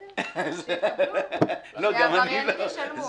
בסדר, שיקבלו, שהעבריינים ישלמו...